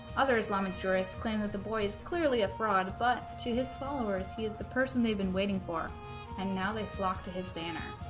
other islamic jurists claim that the boy is clearly a fraud but to his followers he is the person they've been waiting for and now they flocked to his banner